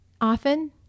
often